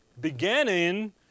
Beginning